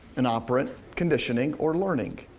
and operant conditioning or learning.